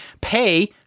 pay